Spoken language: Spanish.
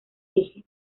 eje